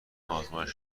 آزمایش